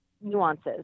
nuances